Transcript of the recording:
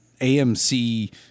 AMC